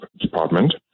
Department